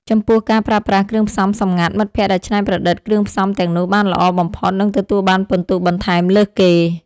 ចំពោះការប្រើប្រាស់ គ្រឿងផ្សំសម្ងាត់ មិត្តភក្តិដែលច្នៃប្រឌិតគ្រឿងផ្សំទាំងនោះបានល្អបំផុតនឹងទទួលបានពិន្ទុបន្ថែមលើសគេ។